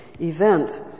event